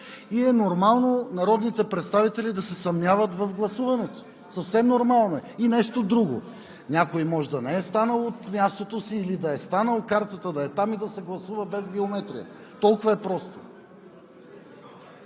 и е нормално народните представители да се съмняват в гласуването. (Шум и реплики.) Съвсем нормално е! И нещо друго – някой може да не е станал от мястото си или да е станал, картата да е там и да се гласува без биометрия. Толкова е просто.